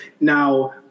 Now